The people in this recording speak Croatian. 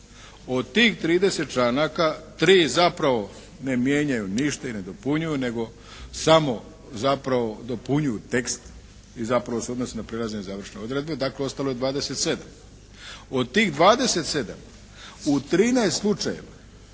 Od tih 30. članaka tri zapravo ne mijenjaju ništa i ne dopunjuju, nego samo zapravo dopunjuju tekst i zapravo se odnosi na prijelazne i završne odredbe, dakle ostalo je 27. Od tih 27. u 13 slučajeva